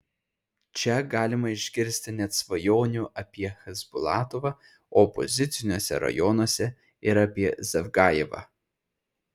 čia galima išgirsti net svajonių apie chasbulatovą o opoziciniuose rajonuose ir apie zavgajevą